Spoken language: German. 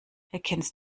erkennst